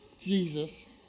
Jesus